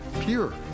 pure